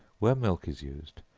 where milk is used,